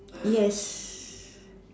yes